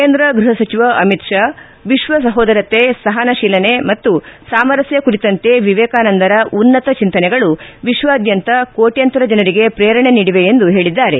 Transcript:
ಕೇಂದ್ರ ಗ್ರಹ ಸಚಿವ ಅಮಿತ್ ಶಾ ವಿಶ್ವ ಸಹೋದರತೆ ಸಹನಶೀಲನೆ ಮತ್ತು ಸಾಮರಸ್ನ ಕುರಿತಂತೆ ವಿವೇಕಾನಂದರ ಉನ್ನತ ಚಿಂತನೆಗಳು ವಿಶ್ವಾದ್ಯಂತ ಕೋಟ್ಯಂತರ ಜನರಿಗೆ ಪ್ರೇರಣೆ ನೀಡಿವೆ ಎಂದು ಹೇಳದ್ದಾರೆ